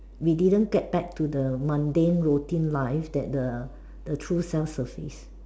we didn't get back to the mundane routine life that the the true self surface